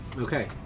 Okay